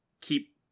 keep